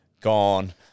Gone